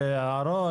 להערות,